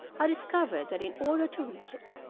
i discovered that in order to reach it,